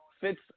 fits